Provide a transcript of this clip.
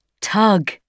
Tug